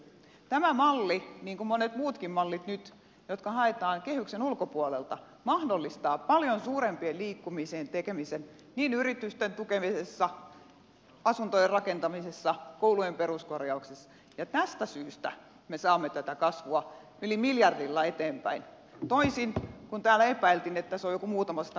tämä malli niin kuin monet muutkin mallit nyt jotka haetaan kehyksen ulkopuolelta mahdollistaa paljon suuremman liikkumisen tekemisen yritysten tukemisessa asuntojen rakentamisessa koulujen peruskorjauksessa ja tästä syystä me saamme tätä kasvua yli miljardilla eteenpäin toisin kuin täällä epäiltiin että se on joku muutama sata miljoonaa